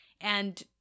And-